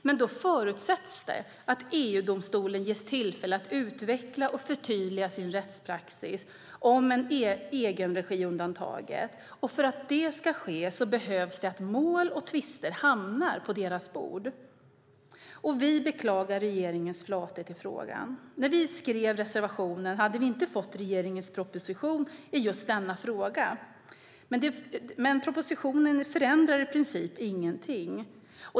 Men då förutsätts det att EU-domstolen ges tillfälle att utveckla och förtydliga sin rättspraxis om egenregiundantaget, och för att det ska ske behöver mål och tvister hamna på EU-domstolens bord. Vi beklagar regeringens flathet i frågan. När vi skrev reservationen hade vi inte fått regeringens proposition i just denna fråga. Men propositionen förändrar i princip ingenting.